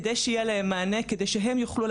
כדי שיהיה להם מענה וכדי שהם,